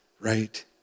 right